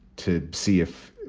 to see if,